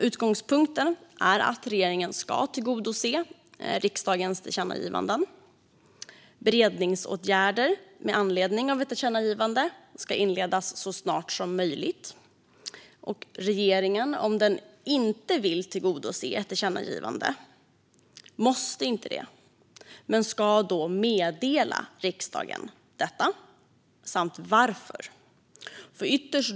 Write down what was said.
Utgångspunkten är att regeringen ska tillgodose riksdagens tillkännagivanden. Beredningsåtgärder med anledning av ett tillkännagivande ska inledas så snart som möjligt. Regeringen måste inte tillgodose ett tillkännagivande och ska då meddela riksdagen detta och varför.